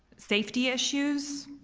safety issues.